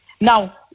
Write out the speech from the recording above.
Now